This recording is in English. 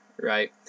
right